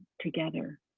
together